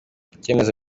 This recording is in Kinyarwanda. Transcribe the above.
icyemezo